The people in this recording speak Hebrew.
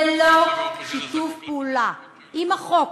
ללא שיתוף פעולה עם החוק,